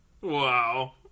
Wow